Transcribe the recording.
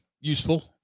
useful